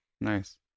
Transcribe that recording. Nice